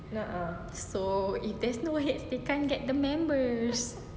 so if there's no heads they can't get the members